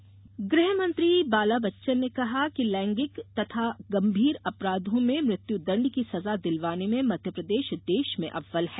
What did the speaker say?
बाल अपराध गृह मंत्री बाला बच्चन ने कहा कि लैंगिक तथा गंभीर अपराधों में मृत्युदण्ड की सजा दिलवाने में मध्यप्रदेश देश में अव्वल है